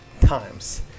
times